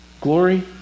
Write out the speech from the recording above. Glory